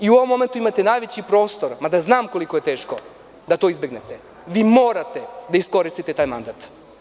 U ovom momentu imate najveći prostor, mada znam koliko je teško da to izbegnete, vi morate da iskoristite taj mandat.